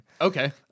Okay